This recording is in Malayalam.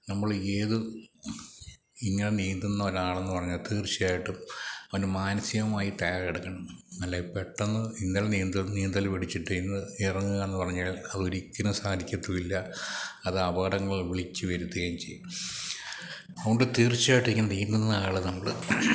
നമ്മള് ഏത് ഇങ്ങനെ നീന്തുന്ന ഒരാളെന്ന് പറഞ്ഞാല് തീർച്ചയായിട്ടും അവന് മാനസികമായി തയ്യാറെടുക്കണം അല്ലെങ്കില് പെട്ടെന്ന് ഇന്നലെ നീന്തൽ നീന്തല് പഠിച്ചിട്ട് ഇന്ന് ഇറങ്ങുകയെന്നു പറഞ്ഞാൽ അതൊരിക്കലും സാധിക്കത്തുമില്ല അത് അപകടങ്ങൾ വിളിച്ചുവരുത്തുകയും ചെയ്യും അതുകൊണ്ട് തീർച്ചയായിട്ടും നീന്തുന്ന ആള് നമ്മള്